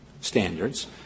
standards